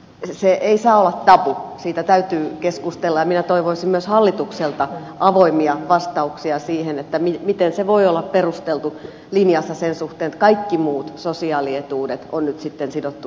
se ei saa olla tabu siitä täytyy keskustella ja minä toivoisin myös hallitukselta avoimia vastauksia siihen miten se voi olla perusteltu linjassa sen suhteen että kaikki muut sosiaalietuudet on nyt sidottu indeksiin